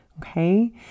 Okay